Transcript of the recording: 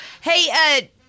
Hey